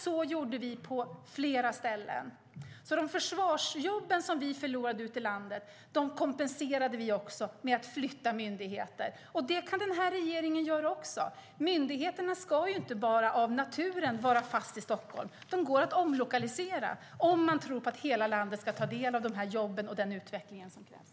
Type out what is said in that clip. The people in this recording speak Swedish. Så gjorde vi på flera ställen. De försvarsjobb som vi förlorade ute i landet kompenserade vi genom att flytta myndigheter. Det kan den här regeringen också göra. Myndigheterna ska inte bara av naturen vara fast i Stockholm. De går att omlokalisera om man tror på att hela landet ska ta del av dessa jobb och den utveckling som krävs.